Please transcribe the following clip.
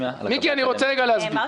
מיקי, אני רוצה רגע להסביר